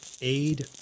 aid